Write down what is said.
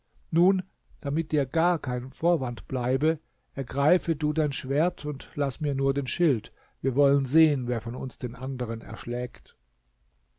nun damit dir gar kein vorwand bleibe ergreife du dein schwert laß mir nur den schild wir wollen sehen wer von uns den anderen erschlägt